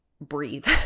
breathe